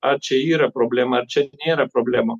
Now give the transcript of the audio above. ar čia yra problema ar čia nėra problemų